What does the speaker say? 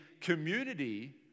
community